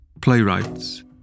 playwrights